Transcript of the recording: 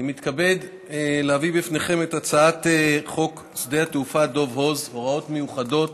אני מתכבד להביא בפניכם את הצעת חוק שדה התעופה דב הוז (הוראות מיוחדות)